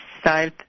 style